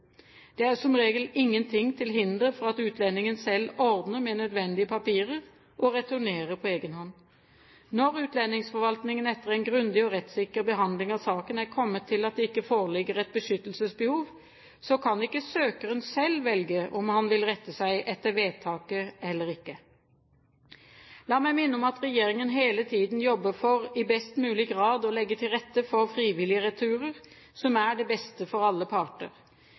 Det er som regel ingenting til hinder for at utlendingen selv ordner med nødvendige papirer og returnerer på egen hånd. Når utlendingsforvaltningen etter en grundig og rettssikker behandling av saken er kommet til at det ikke foreligger et beskyttelsesbehov, kan ikke søkeren selv velge om han vil rette seg etter vedtaket eller ikke. La meg minne om at regjeringen hele tiden jobber for i best mulig grad å legge til rette for frivillige returer, som er det beste for alle parter.